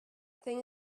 thing